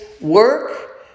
work